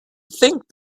think